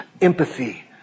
empathy